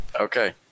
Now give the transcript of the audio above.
Okay